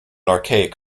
archaic